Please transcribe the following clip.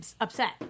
upset